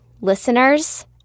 listeners